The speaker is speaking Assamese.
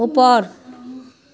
ওপৰ